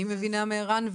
אני מבינה מערן,